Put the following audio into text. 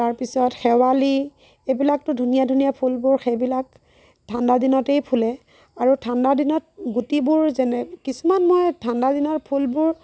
তাৰ পিছত শেৱালি এইবিলাকতো ধুনীয়া ধুনীয়া ফুলবোৰ সেইবিলাক ঠাণ্ডা দিনতেই ফুলে আৰু ঠাণ্ডা দিনত গুটিবোৰ যেনে কিছুমান মই ঠাণ্ডা দিনৰ ফুলবোৰ